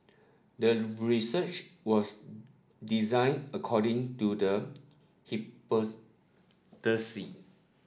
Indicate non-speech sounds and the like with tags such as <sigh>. the research was designed according to the <unintelligible>